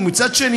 ומצד שני,